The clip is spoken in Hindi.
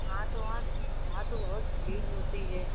हाँ तो वहाँ वहाँ तो बहुत भीड़ होती है